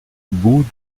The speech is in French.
bout